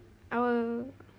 our